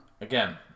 Again